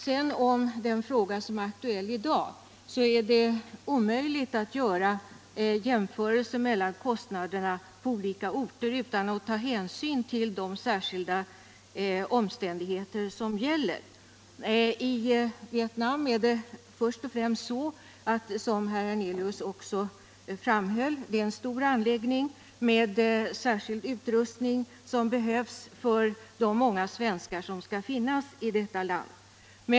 När det gäller den fråga som är aktuell i dag är det omöjligt att göra jämförelser mellan kostnaderna för ambassadbyggnader på olika orter utan att ta hänsyn till de särskilda omständigheter som föreligger. I Vietnam är det först och främst, som herr Hernelius också framhöll, en stor anläggning med särskild utrustning som behövs för de många svenskar som kommer att finnas i detta land.